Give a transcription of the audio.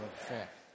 effect